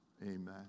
Amen